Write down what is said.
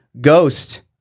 ghost